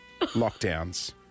lockdowns